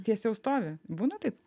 tiesiau stovi būna taip